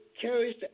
carries